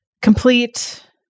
complete